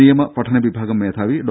നിയമ പഠനവിഭാഗം മേധാവി ഡോ